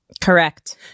Correct